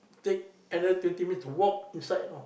take another twenty minutes to walk inside you know